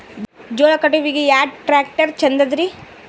ಜೋಳ ಕಟಾವಿಗಿ ಯಾ ಟ್ಯ್ರಾಕ್ಟರ ಛಂದದರಿ?